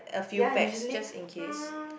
ya usually mm